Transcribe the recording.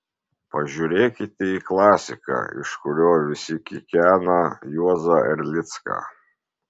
pažiūrėkite į klasiką iš kurio visi kikena juozą erlicką